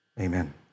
Amen